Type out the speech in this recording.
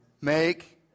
make